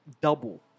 double